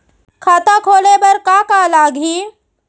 खाता खोले बार का का लागही?